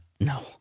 No